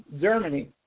Germany